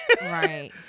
Right